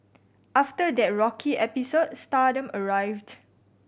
after that rocky episode stardom arrived